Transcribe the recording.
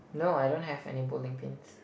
no I don't have any bowling pins